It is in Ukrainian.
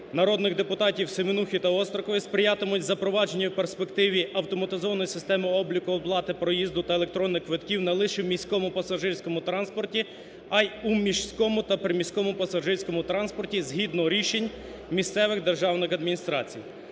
народних депутатів Семенухи та Острікової сприятимуть запровадженню і перспективі автоматизованої системи обліку оплати проїзду та електронних квитків не лише в міському пасажирському транспорті, а й у міському та приміському пасажирському транспорті згідно рішень місцевих державних адміністрацій.